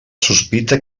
sospita